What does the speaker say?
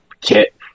kit